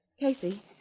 Casey